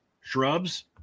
shrubs